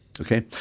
Okay